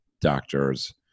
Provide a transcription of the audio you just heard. doctors